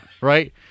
Right